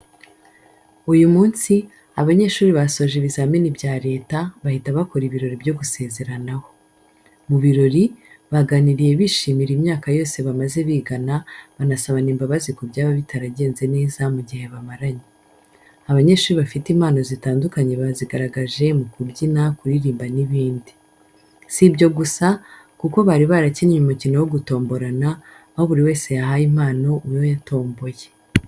Uyu munsi, abanyeshuri basoje ibizamini bya Leta, bahita bakora ibirori byo gusezeranaho. Mu birori, baganiriye bishimira imyaka yose bamaze bigana, banasabana imbabazi ku byaba bitaragenze neza mu gihe bamaranye. Abanyeshuri bafite impano zitandukanye bazigaragaje mu kubyina, kuririmba n’ibindi. Si ibyo gusa, kuko bari baranakinnye umukino wo gutomborana, aho buri wese yahaye impano uwo yatomboye.